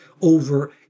over